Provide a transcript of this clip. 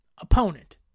opponent